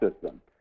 system